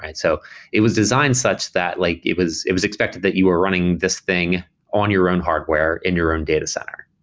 and so it was designed such that like it was it was expected that you are running this thing on your own hardware in your own data center.